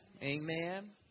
Amen